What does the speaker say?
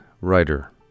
writer